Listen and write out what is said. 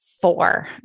four